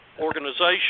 organization